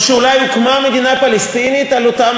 או שאולי הוקמה מדינה פלסטינית על אותם